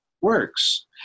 works